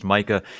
Micah